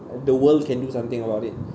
the world can do something about it